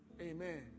Amen